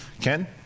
Ken